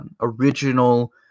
original